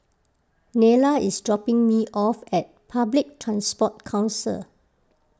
Nylah is dropping me off at Public Transport Council